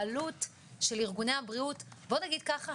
עלות של ארגוני הבריאות בוא נגיד ככה,